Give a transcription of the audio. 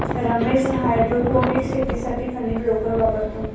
Ramesh hydroponics शेतीसाठी खनिज लोकर वापरतो